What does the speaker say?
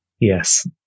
Yes